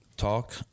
talk